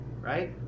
right